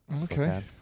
Okay